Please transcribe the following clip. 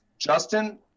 Justin